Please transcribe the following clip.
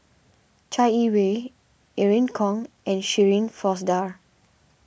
Chai Yee Wei Irene Khong and Shirin Fozdar